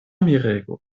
mirego